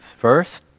First